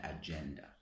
agenda